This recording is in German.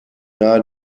nahe